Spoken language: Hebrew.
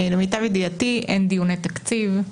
למיטב ידיעתי, אין דיוני תקציב,